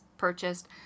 purchased